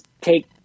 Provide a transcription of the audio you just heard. take